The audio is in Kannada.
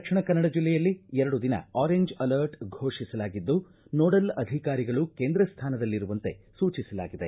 ದಕ್ಷಿಣ ಕನ್ನಡ ಜಿಲ್ಲೆಯಲ್ಲಿ ಎರಡು ದಿನ ಆರೆಂಚ್ ಅಲರ್ಟ್ ಫೋಷಿಸಲಾಗಿದ್ದು ನೋಡಲ್ ಅಧಿಕಾರಿಗಳು ಕೇಂದ್ರ ಸ್ಥಾನದಲ್ಲಿ ಇರುವಂತೆ ಸೂಚಿಸಲಾಗಿದೆ